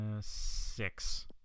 six